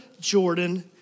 Jordan